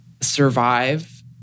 survive